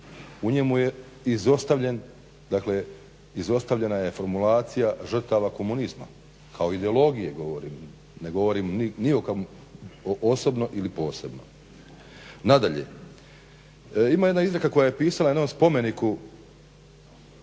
U njemu je izostavljena je formulacija žrtava komunizma kao ideologije govorim, ne govorim ni o kome o osobno ili posebno. Nadalje, ima jedna izreka koja je pisala na jednom spomeniku